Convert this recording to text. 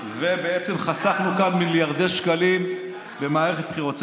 ובעצם חסכנו כאן מיליארדי שקלים במערכת בחירות.